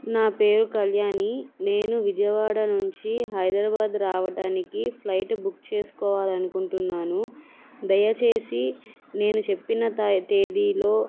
నా పేరు కళ్యాణి నేను విజయవాడ నుంచి హైదరాబాద్ రావడానికి ఫ్లైట్ బుక్ చేసుకోవాలి అనుకుంటున్నాను దయచేసి నేను చెప్పిన తేదీలో